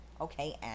Okay